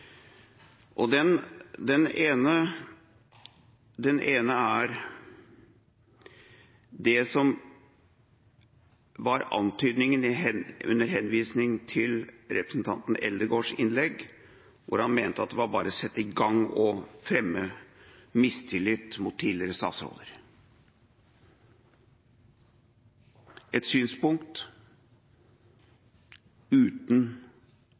ene er det som var antydningen, med henvisning til representanten Eldegards innlegg, hvor han mente at det var bare å sette i gang og fremme mistillit mot tidligere statsråder. Det er et synspunkt uten